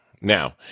Now